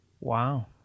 wow